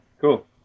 Cool